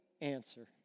answer